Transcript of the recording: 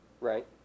Right